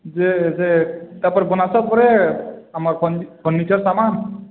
ଯିଏ ଇଏ ସେ ତାପରେ ବନାସ ପରେ ଆମର୍ ଫର୍ନିଚର୍ ସାମାନ୍